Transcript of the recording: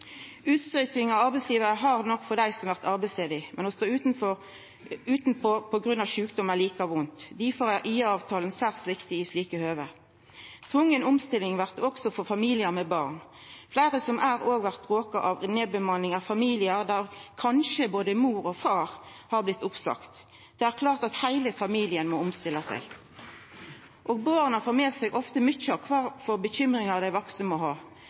Utstøyting frå arbeidslivet er hardt nok for dei som blir arbeidsledige, men å stå utanfor på grunn av sjukdom er like vondt. Difor er IA-avtala særs viktig i slike høve. Tvungen omstilling blir det også for familiar med barn. Fleire som er, og blir, råka av nedbemanning, er familiar der kanskje både mor og far har blitt oppsagde. Det er klart at heile familien må omstilla seg. Barn får ofte med seg mange av dei bekymringane som dei vaksne måtte ha.